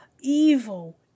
evil